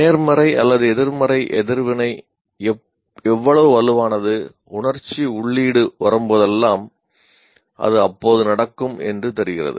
நேர்மறை அல்லது எதிர்மறை எதிர்வினை எவ்வளவு வலுவானது உணர்ச்சி உள்ளீடு வரும்போதெல்லாம் அது அப்போதே நடக்கும் என்று தெரிகிறது